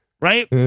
right